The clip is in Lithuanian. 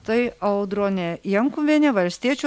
tai audronė jankuvienė valstiečių